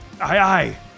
Aye